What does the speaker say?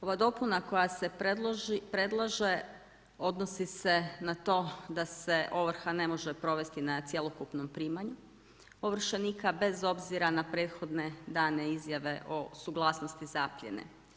Ova dopuna koja se predlaže odnosi se na to da se ovrha ne može provesti na cjelokupnom primanju ovršenika, bez obzira na prethodne dane izjave o suglasnosti zapljene.